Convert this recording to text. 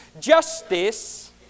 justice